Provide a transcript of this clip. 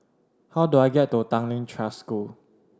how do I get to Tanglin Trust School